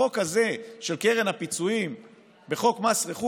החוק הזה של קרן הפיצויים בחוק מס רכש